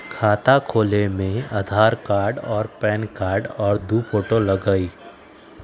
खाता खोले में आधार कार्ड और पेन कार्ड और दो फोटो लगहई?